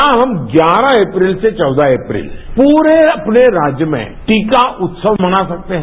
क्या हम ग्यारह अप्रैल से चौदह अप्रैल पूरे अपने राज्य में टीका उत्सव मना सकते हैं